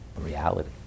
reality